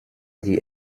die